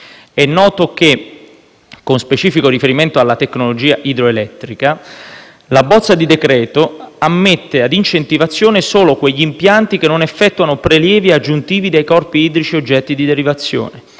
È noto che, con specifico riferimento alla tecnologia idroelettrica, la bozza di decreto ammette ad incentivazione solo quegli impianti che non effettuano prelievi aggiuntivi dai corpi idrici oggetto di derivazione,